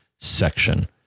section